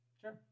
Sure